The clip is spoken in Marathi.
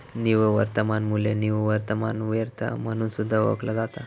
निव्वळ वर्तमान मू्ल्य निव्वळ वर्तमान वर्थ म्हणून सुद्धा ओळखला जाता